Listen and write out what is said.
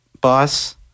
boss